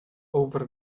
over